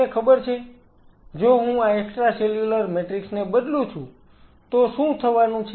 તમને ખબર છે જો હું આ એક્સ્ટ્રાસેલ્યુલર મેટ્રિક્સ ને બદલું છું તો શું થવાનું છે